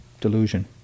delusion